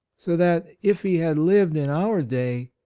so that, if he had lived in our day,